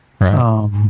Right